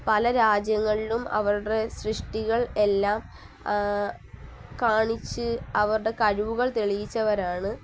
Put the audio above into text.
പല രാജ്യങ്ങളിലും അവരുടെ സൃഷ്ടികൾ എല്ലാം കാണിച്ച് അവരുടെ കഴിവുകൾ തെളിയിച്ചവരാണ്